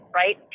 right